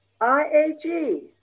I-A-G